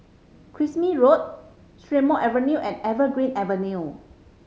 Kismis Road Strathmore Avenue and Evergreen Avenue